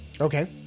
Okay